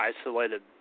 isolated